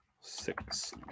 six